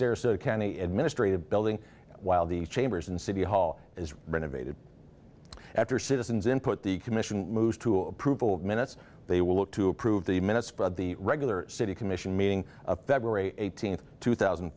county administrative building while the chambers and city hall is renovated after citizens input the commission moves to approval minutes they will look to approve the minutes for the regular city commission meeting of february eighteenth two thousand